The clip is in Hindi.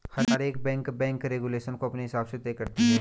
हर एक बैंक बैंक रेगुलेशन को अपने हिसाब से तय करती है